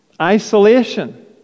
isolation